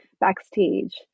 backstage